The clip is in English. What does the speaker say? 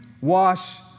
Wash